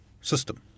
system